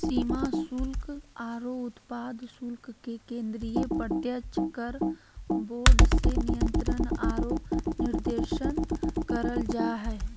सीमा शुल्क आरो उत्पाद शुल्क के केंद्रीय प्रत्यक्ष कर बोर्ड से नियंत्रण आरो निर्देशन करल जा हय